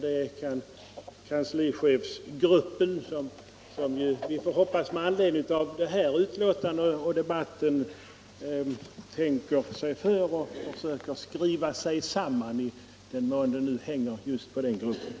Det är kanslichefsgruppen, som vi får hoppas med anledning av detta betänkande och denna debatt tänker sig för och försöker verka för större enhetlighet i formuleringarna.